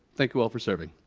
thank you all for serving.